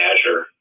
Azure